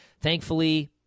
Thankfully